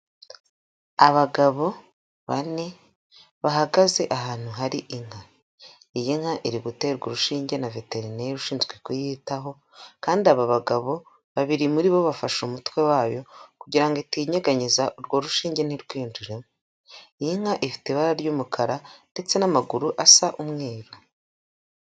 Abagabo bane bahagaze ahantu hari inka, iyi nka iri guterwa urushinge na veterineri ushinzwe kuyitaho kandi aba bagabo babiri muri bo bafashe umutwe wayo kugira ngo itinyeganyeza urwo rushinge ntirwinjiremo. Iyi nka ifite ibara ry'umukara ndetse n'amaguru asa umweru.